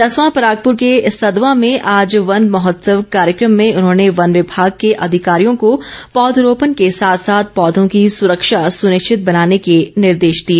जसवां परागपुर के सदवां में आज वन महोत्सव कार्यक्रम में उन्होंने वन विभाग के अधिकारियों को पौधरोपण के साथ साथ पौधों की सुरक्षा सुनिश्चित बनाने के निर्देश दिए